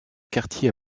quartier